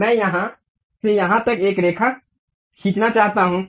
मैं यहां से यहां तक एक रेखा खींचना चाहता हूं